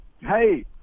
Hey